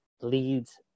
leads